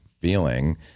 feeling